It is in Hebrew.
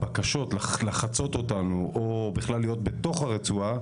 הבקשות לחצות אותנו או להיות בכלל בתוך הרצועה,